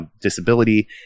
disability